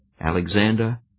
Alexander